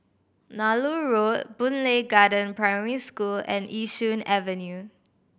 Nallur Road Boon Lay Garden Primary School and Yishun Avenue